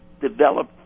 develop